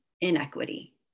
inequity